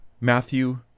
Matthew